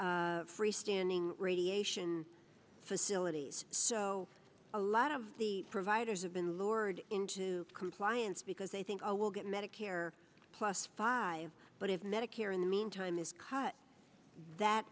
freestanding radiation facilities so a lot of the providers have been lured into compliance because i think i will get medicare plus five but if medicare in the meantime is cut that